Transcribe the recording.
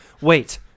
wait